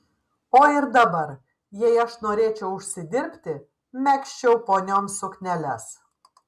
o ir dabar jei aš norėčiau užsidirbti megzčiau ponioms sukneles